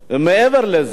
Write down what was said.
ומעבר לזה,